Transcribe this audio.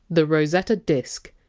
the rosetta disk.